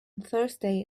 thursday